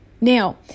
Now